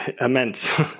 Immense